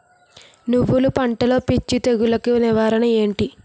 నువ్వులు పంటలో పిచ్చి తెగులకి నివారణ ఏంటి?